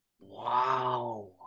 Wow